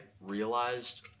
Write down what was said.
realized